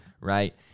right